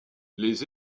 les